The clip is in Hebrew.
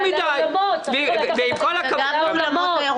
וגם האולמות.